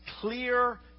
clear